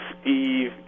Steve